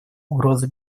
угрозы